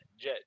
Jet